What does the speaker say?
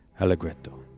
Allegretto